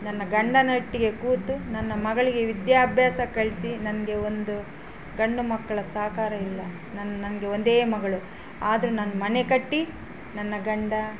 ನನ್ನ ಗಂಡನೊಟ್ಟಿಗೆ ಕೂತು ನನ್ನ ಮಗಳಿಗೆ ವಿದ್ಯಾಭ್ಯಾಸಕ್ಕೆ ಕಳಿಸಿ ನನಗೆ ಒಂದು ಗಂಡು ಮಕ್ಕಳ ಸಹಕಾರ ಇಲ್ಲ ನನ್ನ ನನ್ಗೆ ಒಂದೇ ಮಗಳು ಆದರು ನಾನು ಮನೆ ಕಟ್ಟಿ ನನ್ನ ಗಂಡ